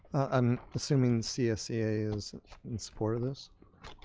i'm assuming csea is in support of this.